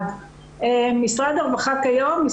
משרד הרווחה כיום,